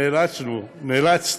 נאלצת,